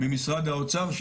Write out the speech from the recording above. ממשרד האוצר,